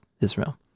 Israel